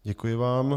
Děkuji vám.